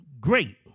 great